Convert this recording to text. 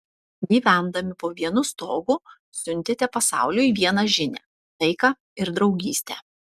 gyvendami po vienu stogu siuntėte pasauliui vieną žinią taiką ir draugystę